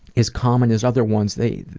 as common as other ones, they